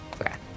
Okay